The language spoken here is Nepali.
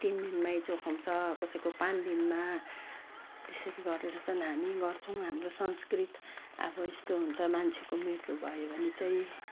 तिन दिनमै चोखाउँछ कसैको पाँच दिनमा त्यसरी गरेर चाहिँ हामी गर्छौँ हाम्रो संस्कृत अब यस्तो हुन्छ मान्छेको मृत्यु भयो भने चाहिँ